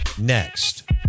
next